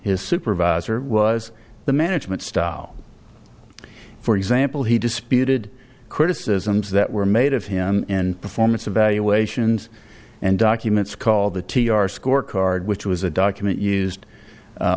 his supervisor was the management style for example he disputed criticisms that were made of him in performance evaluations and documents called the t r scorecard which was a document